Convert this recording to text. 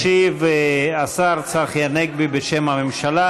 ישיב השר צחי הנגבי בשם הממשלה.